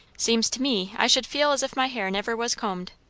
seems to me i should feel as if my hair never was combed.